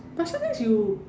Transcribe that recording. but sometimes you